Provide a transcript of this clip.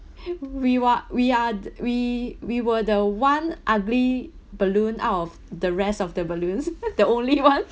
we were we are we we were the one ugly balloon out of the rest of the balloons the only one